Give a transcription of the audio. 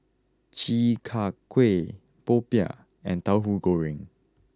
Chi Kak Kuih Popiah and Tauhu Goreng